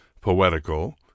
poetical